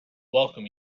welcome